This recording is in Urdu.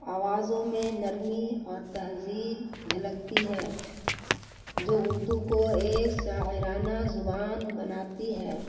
آوازوں میں نرمی اور تہذیب جھلکتی ہے جو اردو کو ایک شاعرانہ زبان بناتی ہے